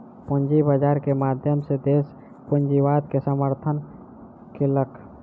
पूंजी बाजार के माध्यम सॅ देस पूंजीवाद के समर्थन केलक